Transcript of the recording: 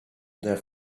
their